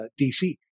DC